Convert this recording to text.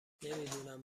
نمیدونم